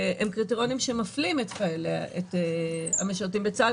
הם קריטריונים שמפלים את המשרתים בצה"ל.